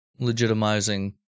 legitimizing